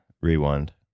rewind